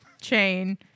chain